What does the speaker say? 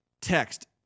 text